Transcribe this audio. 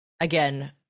again